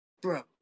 Bro